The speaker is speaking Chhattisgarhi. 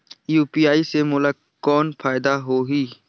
यू.पी.आई से मोला कौन फायदा होही?